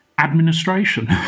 administration